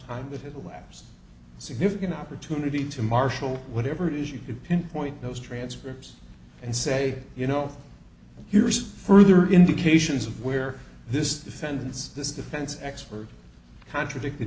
time with the last significant opportunity to marshal whatever it is you could pinpoint those transcripts and say you know here's further indications of where this defense this defense expert contradicted